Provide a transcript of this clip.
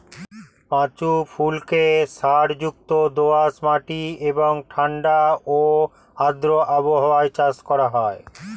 পাঁচু ফুলকে সারযুক্ত দোআঁশ মাটি এবং ঠাণ্ডা ও আর্দ্র আবহাওয়ায় চাষ করা হয়